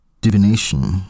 divination